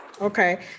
Okay